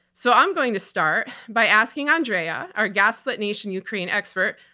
so i'm going to start by asking andrea, our gaslit nation ukraine expert,